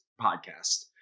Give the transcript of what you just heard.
podcast